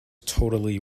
totally